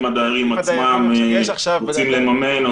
אם הדיירים עצמם רוצים לממן,